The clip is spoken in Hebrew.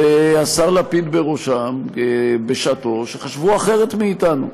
והשר לפיד בראשם, בשעתו, שחשבו אחרת מאתנו.